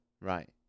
Right